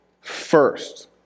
first